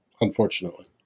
unfortunately